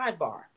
sidebar